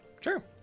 Sure